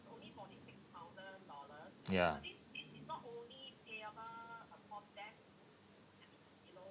ya